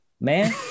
man